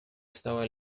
estaba